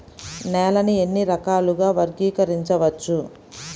నేలని ఎన్ని రకాలుగా వర్గీకరించవచ్చు?